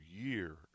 year